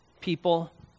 people